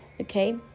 okay